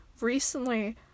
recently